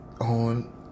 on